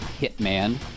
Hitman